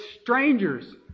strangers